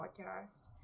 podcast